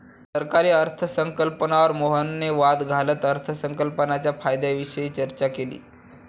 सरकारी अर्थसंकल्पावर मोहनने वाद घालत अर्थसंकल्पाच्या फायद्यांविषयी चर्चा केली